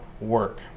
work